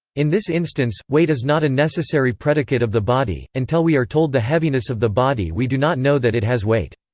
in this instance, weight is not a necessary predicate of the body until we are told the heaviness of the body we do not know that it has weight.